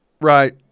Right